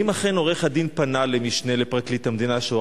1. האם אכן פנה העורך-דין אל המשנה לפרקליט המדינה,